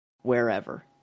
wherever